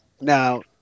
Now